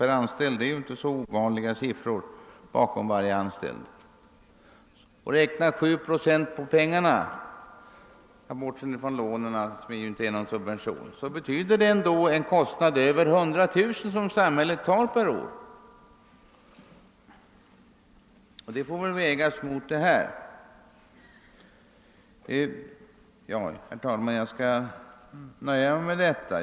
per anställd, ingen ovanlig siffra — och vi räknar med 7 procents ränta på detta belopp blir det fråga om en merbelastning för samhället på över Det är dessa båda merkostnader som bör vägas mot varandra. Jag skall, herr talman, nöja mig med detta.